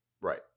right